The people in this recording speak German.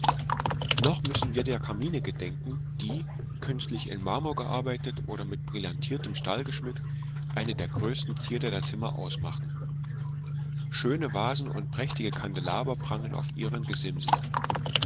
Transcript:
noch müssen wir der kamine gedenken die künstlich in marmor gearbeitet oder mit brillantiertem stahl geschmückt eine der größten zierden der zimmer ausmachen schöne vasen und prächtige kandelaber prangen auf ihren gesimsen